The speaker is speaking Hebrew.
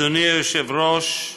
אדוני היושב-ראש,